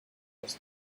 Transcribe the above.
was